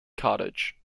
cottage